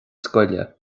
scoile